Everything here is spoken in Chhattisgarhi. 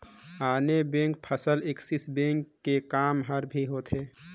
आने बेंक फसल ऐक्सिस बेंक के काम हर भी होथे